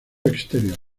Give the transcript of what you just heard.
exterior